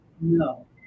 No